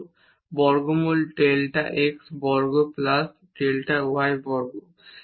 limit কে আমরা বর্গমূল ডেল্টা x বর্গ প্লাস ডেল্টা y বর্গ হিসেবে নেবো